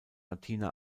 martina